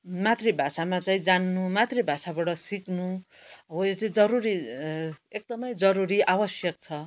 मातृभाषामा चाहिँ जान्नु मातृभाषाबाट सिक्नु हो यो चाहिँ जरुरी एकदमै जरुरी आवश्यक छ